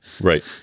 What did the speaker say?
Right